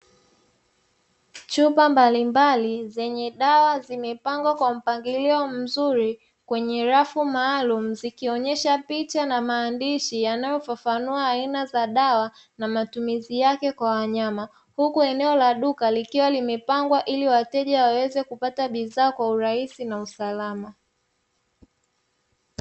Chupa mbalimbali zenye dawa zimepangwa kwa mpangilio mzuri kwenye rafu maalumu, zikionyesha picha na maandishi yanayofafanua aina za dawa na matumizi yake kwa wanyama. Huku eneo la duka likiwa limepangwa ili wateja waweze kupata bidhaa kwa urahisi na usalama.